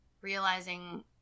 realizing